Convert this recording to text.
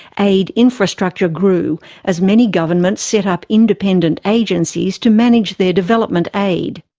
aid infrastructure grew as many governments set up independent agencies to manage their development aid.